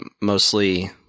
mostly